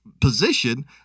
position